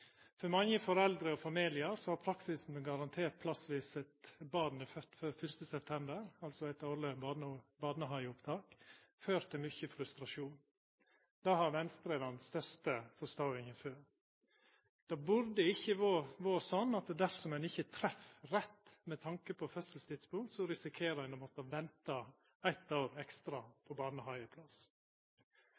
For mange foreldre og familiar har praksisen med garantert plass dersom eit barn er født før 1. september, altså eitt årleg barnehageopptak, ført til mykje frustrasjon. Det har Venstre den største forståinga for. Det burde ikkje vera slik at dersom ein ikkje treff rett med tanke på fødselstidspunkt, risikerer ein å måtta venta eitt år ekstra på